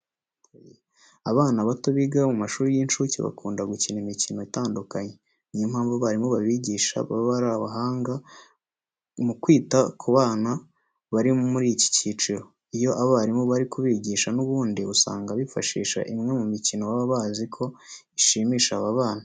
Abana bato biga mu mashuri y'incuke bakunda gukina imikino itandukanye. Niyo mpamvu abarimu babigisha, baba ari abahanga mu kwita ku bana bari muri iki cyiciro. Iyo abarimu bari kubigisha n'ubundi usanga bifashisha imwe mu mikino baba bazi ko ishimisha aba bana.